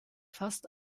fast